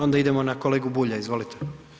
Onda idemo na kolegu Bulja, izvolite.